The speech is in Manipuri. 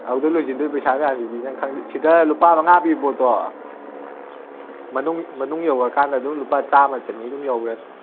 ꯑꯗꯨꯗ ꯂꯣꯏꯁꯤꯟꯗꯣꯏ ꯄꯩꯁꯥꯒꯥꯁꯤꯗꯤ ꯅꯪ ꯈꯪꯗ꯭ꯔꯤ ꯁꯤꯗ ꯂꯨꯄꯥ ꯃꯉꯥ ꯄꯤꯕ ꯄꯣꯠꯇꯣ ꯃꯅꯨꯡ ꯃꯅꯨꯡ ꯌꯧꯔꯀꯥꯟꯗ ꯑꯗꯨꯝ ꯂꯨꯄꯥ ꯆꯥꯝꯃ ꯆꯅꯤꯗꯤ ꯑꯗꯨꯝ ꯌꯧꯔꯅꯤ